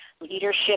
leadership